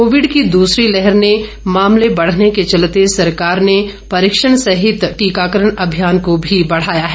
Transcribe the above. Covid की दूसरी लहर ने मामले बढ़ने के चलते सरकार ने परीक्षण सहित टीकाकरण अभियान को भी बढ़ावा दिया है